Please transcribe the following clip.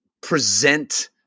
present